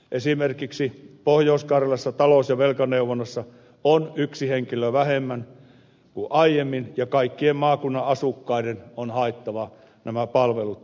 esimerkiksi pohjois karjalassa talous ja velkaneuvonnassa on yksi henkilö vähemmän kuin aiemmin ja kaikkien maakunnan asukkaiden on haettava nämä palvelut joensuusta